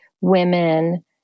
women